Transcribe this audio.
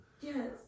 Yes